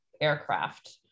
aircraft